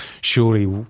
surely